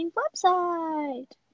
website